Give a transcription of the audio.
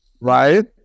right